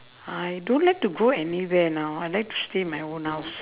I don't like to go anywhere now I like to stay in my own house